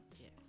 Yes